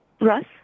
Russ